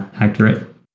accurate